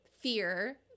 fear